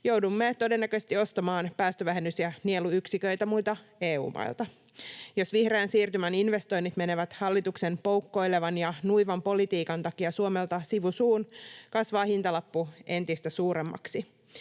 joudumme todennäköisesti ostamaan päästövähennys- ja nieluyksiköitä muilta EU-mailta. Jos vihreän siirtymän investoinnit menevät hallituksen poukkoilevan ja nuivan politiikan takia Suomelta sivu suun, kasvaa hintalappu entistä suuremmaksi.